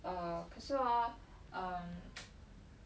err 可是 hor um